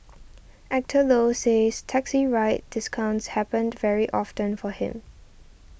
Actor Low says taxi ride discounts happen to very often for him